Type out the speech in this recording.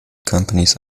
companies